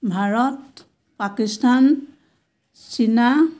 ভাৰত পাকিস্তান চীনা